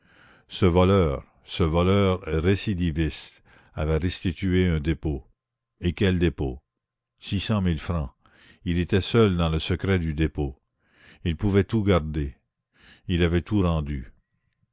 ce voleur ce voleur récidiviste avait restitué un dépôt et quel dépôt six cent mille francs il était seul dans le secret du dépôt il pouvait tout garder il avait tout rendu